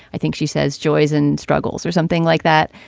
i think she says joys and struggles or something like that.